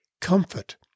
Comfort